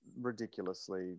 ridiculously